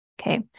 Okay